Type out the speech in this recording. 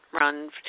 Run